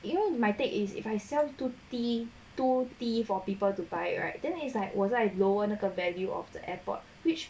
you know my take is if I sell too 低 too 低 for people to buy right then it's like 我在 lower 那个 value of the airpod which